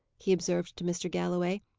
he observed to mr. galloway.